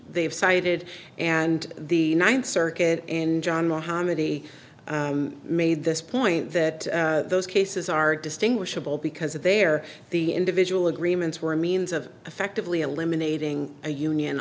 have cited and the ninth circuit and john muhammad he made this point that those cases are distinguishable because of their the individual agreements were a means of effectively eliminating a union